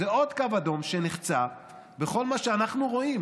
זה עוד קו אדום שנחצה בכל מה שאנחנו רואים